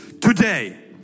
today